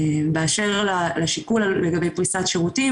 באשר לשיקול לגבי פריסת שירותים,